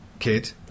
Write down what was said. kid